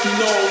no